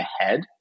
ahead